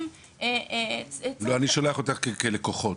אני שואל אותך כלקוחות.